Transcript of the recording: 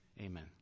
Amen